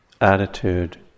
attitude